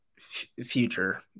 future